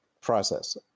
process